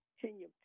Continue